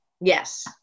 Yes